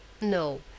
No